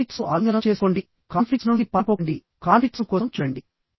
conflicts ను ఆలింగనం చేసుకోండి కాన్ఫ్లిక్ట్స్ నుండి పారిపోకండి కాన్ఫ్లిక్ట్స్ ను కోసం చూడండి